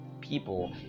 people